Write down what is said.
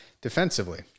defensively